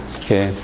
okay